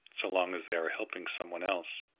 so long as they are helping some one else.